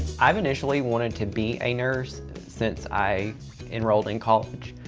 i've initially wanted to be a nurse since i enrolled in college,